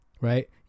right